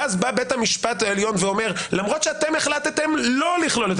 ואז בא בית המשפט העליון ואומר: למרות שאתם החלטתם לא לכלול את